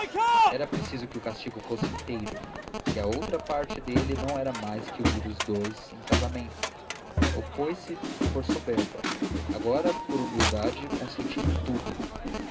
era preciso que o castigo fosse inteiro e a outra parte dele não era mais que unir os deus em casamento opôs-se por soberba agora por humildade consentia em tudo